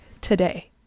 today